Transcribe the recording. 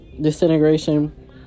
disintegration